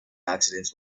accidents